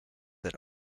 that